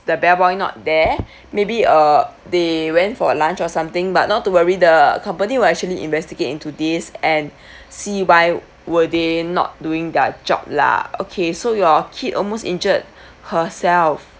the bellboy not there maybe uh they went for lunch or something but not to worry the company will actually investigate into this and see why were they not doing their job lah okay so your kid almost injured herself